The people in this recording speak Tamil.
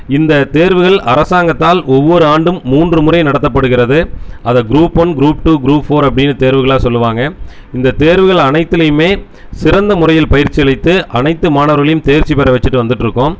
இந்த தேர்வுகள் அரசாங்கத்தால் ஒவ்வொரு ஆண்டும் மூன்று முறை நடத்தப்படுகிறது அதை group one group two group four அப்படின்னு தேர்வுகளாம் சொல்லுவாங்கள் இந்த தேர்வுகள் அனைத்துலியுமே சிறந்த முறையில் பயிற்சி அளித்து அனைத்து மாணவர்களையும் தேர்ச்சி பெற வச்சிட்டு வந்துட்டுருக்கோம்